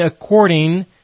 according